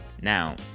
Now